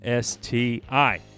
STI